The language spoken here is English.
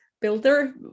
builder